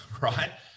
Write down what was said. right